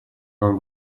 нам